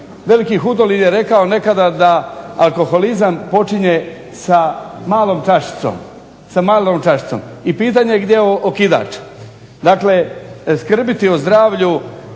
se./… je rekao nekada da alkoholizam počinje sa malom čašicom i pitanje je gdje je okidač. Dakle, skrbiti o zdravlju